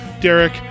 Derek